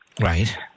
right